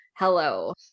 Hello